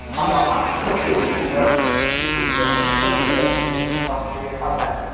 i'm not much of a foodie although it was certainly some of the best business class food i've had.